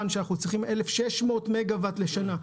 שאנחנו צריכים 1,600 מגה וואט לשנה,